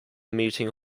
meeting